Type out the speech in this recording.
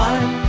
One